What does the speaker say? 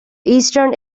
eastern